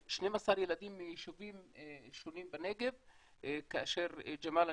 זה 12 ילדים מיישובים שונים בנגב כאשר ג'מאל,